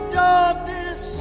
darkness